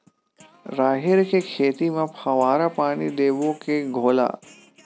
राहेर के खेती म फवारा पानी देबो के घोला?